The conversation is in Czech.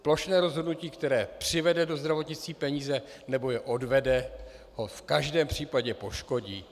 Plošné rozhodnutí, které přivede do zdravotnictví peníze, nebo je odvede, ho v každém případě poškodí.